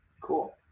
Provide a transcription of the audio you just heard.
Cool